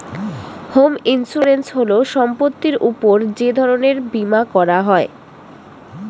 home insurance হল সম্পত্তির উপর যে ধরনের বীমা করা হয়